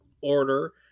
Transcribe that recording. order